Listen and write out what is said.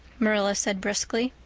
marilla said briskly.